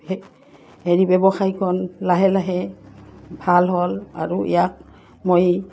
হেৰি ব্যৱসায়ীখন লাহে লাহে ভাল হ'ল আৰু ইয়াক মই